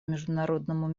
международному